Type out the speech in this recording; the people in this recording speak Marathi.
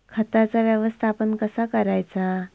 खताचा व्यवस्थापन कसा करायचा?